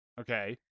Okay